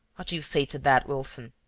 what do you say to that, wilson?